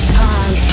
time